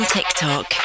TikTok